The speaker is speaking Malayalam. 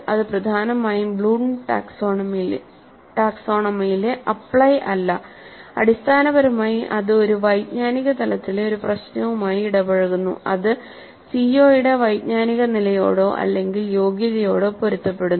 അത് പ്രധാനമായും ബ്ലൂം ടാക്സോണമിയിലെ അപ്ലൈ അല്ല അടിസ്ഥാനപരമായി അത് ഒരു വൈജ്ഞാനിക തലത്തിലെ ഒരു പ്രശ്നവുമായി ഇടപഴകുന്നു അത് CO യുടെ വൈജ്ഞാനിക നിലയോടോ അല്ലെങ്കിൽ യോഗ്യതയോടോ പൊരുത്തപ്പെടുന്നു